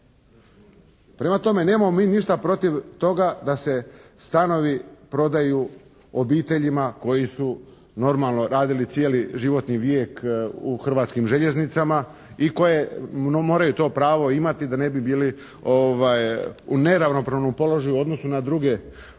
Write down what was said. Prema tome nemamo mi ništa protiv toga da se stanovi prodaju obiteljima koji su normalno radili cijeli životni vijek u Hrvatskim željeznicama i koje moraju to pravo imati da ne bi bili u neravnopravnom položaju u odnosu na druge hrvatske